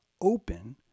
open